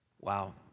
Wow